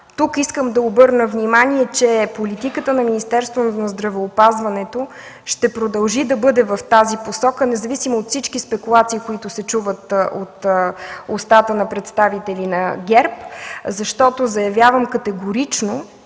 Тук искам да обърна внимание, че политиката на Министерството на здравеопазването ще продължи да бъде в тази посока, независимо от всички спекулации, които се чуват от устата на представители на ГЕРБ, защото завявам категорично: